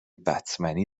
بتمنی